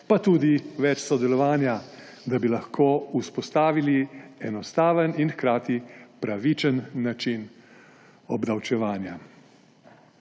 pa tudi več sodelovanja, da bi lahko vzpostavili enostaven in hkrati pravičen način obdavčevanja.